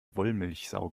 wollmilchsau